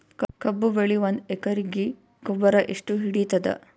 ಕಬ್ಬು ಬೆಳಿ ಒಂದ್ ಎಕರಿಗಿ ಗೊಬ್ಬರ ಎಷ್ಟು ಹಿಡೀತದ?